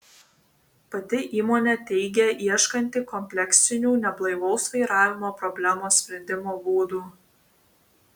pati įmonė teigia ieškanti kompleksinių neblaivaus vairavimo problemos sprendimo būdų